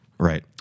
right